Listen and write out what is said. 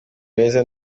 beza